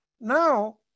Now